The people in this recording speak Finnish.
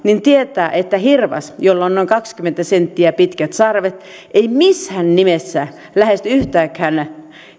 tietää että hirvas jolla on noin kaksikymmentä senttiä pitkät sarvet ei missään nimessä lähesty yhtäkään